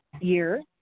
year